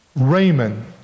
Raymond